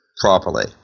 properly